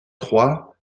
trois